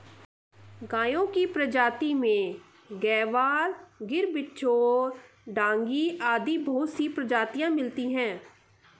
गायों की प्रजाति में गयवाल, गिर, बिच्चौर, डांगी आदि बहुत सी प्रजातियां मिलती है